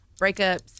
breakups